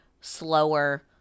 slower